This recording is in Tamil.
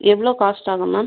எவ்வளோ காஸ்ட் ஆகும் மேம்